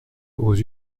aux